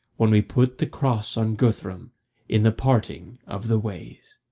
when we put the cross on guthrum in the parting of the ways.